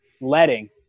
letting